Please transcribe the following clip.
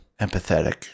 empathetic